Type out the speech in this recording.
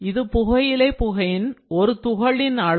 இது புகையிலை புகையின் ஒரு துகளின் அளவு